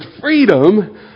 freedom